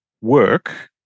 work